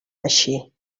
així